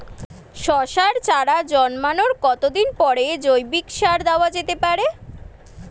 শশার চারা জন্মানোর কতদিন পরে জৈবিক সার দেওয়া যেতে পারে?